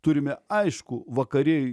turime aiškų vakarė